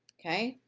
okay,